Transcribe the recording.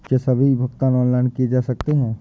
क्या सभी भुगतान ऑनलाइन किए जा सकते हैं?